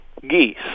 geese